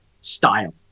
style